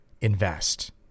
invest